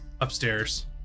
upstairs